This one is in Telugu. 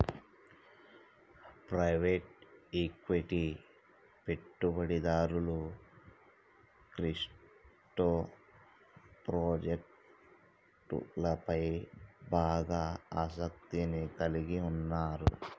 ప్రైవేట్ ఈక్విటీ పెట్టుబడిదారులు క్రిప్టో ప్రాజెక్టులపై బాగా ఆసక్తిని కలిగి ఉన్నరు